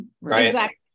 Right